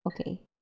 Okay